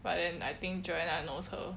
but then I think joanna knows her